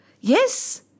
Yes